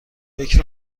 فکر